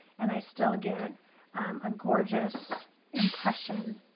and i still get a gorgeous impression,